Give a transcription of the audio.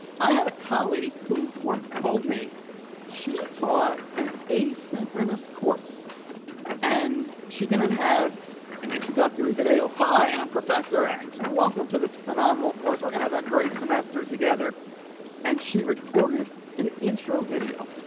i had a colleague who wants told me she taught an asynchronous course and she didn't have an introductory video. hi, i'm professor x. welcome to this phenomenal course, we're gonna have a great semester together and she recorded an intro video